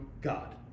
God